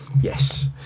yes